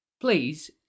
Please